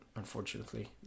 unfortunately